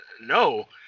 no